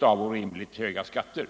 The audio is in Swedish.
av orimligt höga skatter.